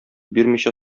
бирмичә